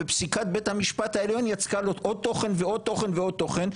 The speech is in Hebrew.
ופסיקת בית המשפט העליון יצקה לו עוד תוכן ועוד תוכן ועוד תוכן,